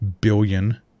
billion